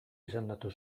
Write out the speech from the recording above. izendatu